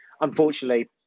Unfortunately